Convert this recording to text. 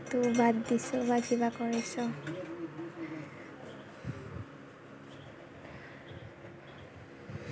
অঁকাটো বাদ দিছো বা কিবা কৰিছো